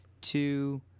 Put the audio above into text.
two